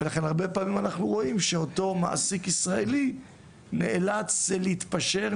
ולכן הרבה פעמים אנחנו רואים שאותו מעסיק ישראלי נאלץ להתפשר,